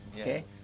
Okay